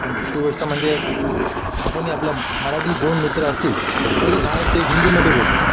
आणि दुसरी गोष्ट म्हणजे आपण आपल्या मराठी दोन मित्र असतील तरी बाहेर ते हिंदीमध्ये बोलतात